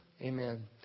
Amen